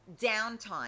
downtime